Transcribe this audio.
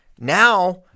Now